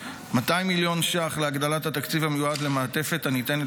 200 מיליון ש"ח להגדלת התקציב המיועד למעטפת הניתנת